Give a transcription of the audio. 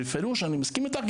אני מסכים איתך,